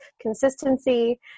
consistency